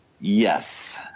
Yes